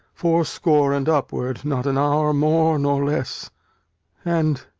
fourscore and upward, not an hour more nor less and,